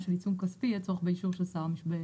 של עיצום כספי יהיה צורך בהסכמת שר המשפטים.